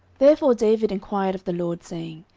therefore david enquired of the lord, saying,